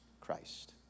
Christ